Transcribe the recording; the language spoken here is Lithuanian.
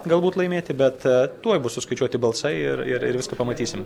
galbūt laimėti bet tuoj bus suskaičiuoti balsai ir ir ir viską pamatysim